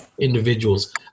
individuals